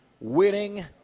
winning